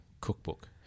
cookbook